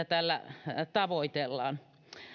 tällä tavoitellaan